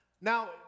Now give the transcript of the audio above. Now